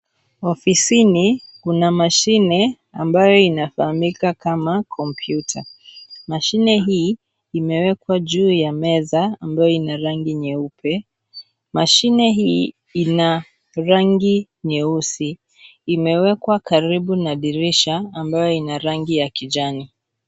Ofisini, kuna mashine, ambayo inafahamika kama kuwa kompyuta, mashine hii imewekwa juu ya meza ambayo ina rangi nyeupe, mashine hii, ina rangi nyeusi, imewekwa karibu na dirisha ambayo ina rangi ya kijani.